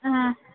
ہاں